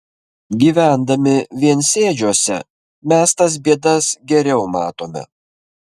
gyvendami viensėdžiuose mes tas bėdas geriau matome